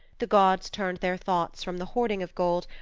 the gods turned their thoughts from the hoarding of gold,